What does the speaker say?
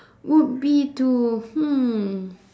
would be to hmm